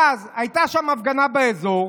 הייתה שם הפגנה באזור,